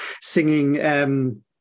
singing